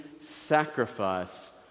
sacrifice